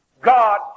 God